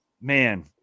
man